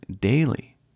daily